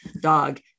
dog